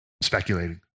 speculating